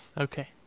Okay